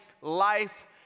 Life